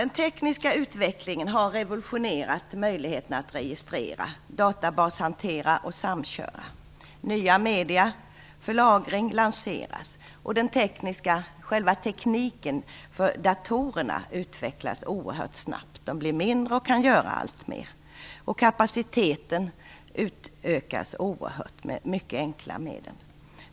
Den tekniska utvecklingen har revolutionerat möjligheterna att registrera, databashantera och samköra. Nya medier för lagring av data lanseras. Själva tekniken för datorerna utvecklas oerhört snabbt. Datorerna blir allt mindre och kan göra allt mera. Kapaciteten utökas dessutom oerhört med mycket enkla medel.